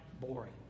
boring